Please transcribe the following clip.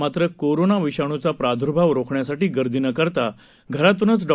मात्र कोरोना विषाणूचा प्रादूर्भाव रोखण्यासाठी गर्दी न करता घरातूनच डॉ